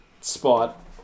spot